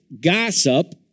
gossip